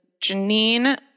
Janine